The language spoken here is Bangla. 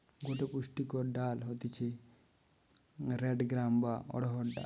গটে পুষ্টিকর ডাল হতিছে রেড গ্রাম বা অড়হর ডাল